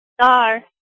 star